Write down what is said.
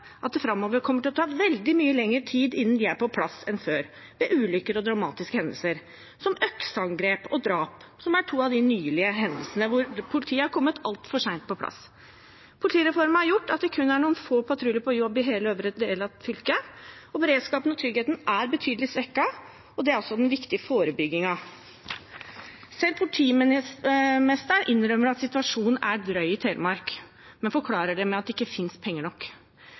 at det framover kommer til å ta veldig mye lenger tid enn før innen de er på plass ved ulykker og dramatiske hendelser, som økseangrep og drap, som er to av de nylige hendelsene hvor politiet har kommet altfor sent på plass. Politireformen har gjort at det kun er noen få patruljer på jobb i hele øvre del av fylket. Beredskapen og tryggheten er betydelig svekket, og det er også den viktige forebyggingen. Selv politimesteren innrømmer at situasjonen er drøy i Telemark, men forklarer det med at det ikke fins penger nok.